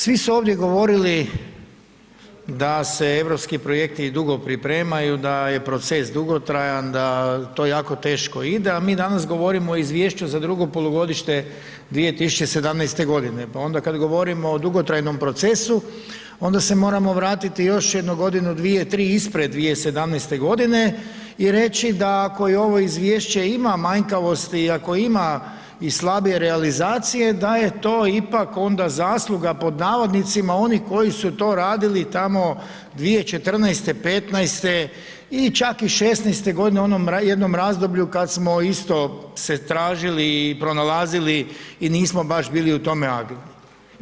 Svi su ovdje govorili da se europski projekti i dugo pripremaju, da je proces dugotrajan, da to jako teško ide a mi danas govorimo o izvješću za drugo polugodište 2017., pa onda kad govorimo o dugotrajnom procesu onda se moramo vratiti još jedno godinu, dvije, tri ispred 2017. godine i reći da ako i ovo izvješće ima manjkavosti i ako i ima slabije realizacije da je to ipak onda zasluga pod navodnicima onih koji su to radili tamo 2014., '15. i čak i '16. godine u onom jednom razdoblju kad smo se isto tražili i pronalazili i nismo baš bili u tome agilni.